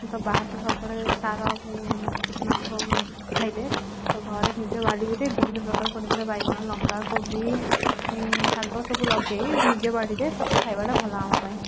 ତ ବାହାରୁ ତ ସବୁବେଳେ ସାର କୀଟନାଶକ ଖାଇଲେ ତ ଘରେ ନିଜ ବାଡ଼ିରେ ବିଭିନ୍ନ ପ୍ରକାର ପନିପରିବା ବାଇଗଣ ଲଙ୍କା କୋବି ଶାଗ ସବୁ ଲଗାଇ ନିଜ ବାଡ଼ିରେ ତାକୁ ଖାଇବାଟା ଭଲ ଆମ ପାଇଁ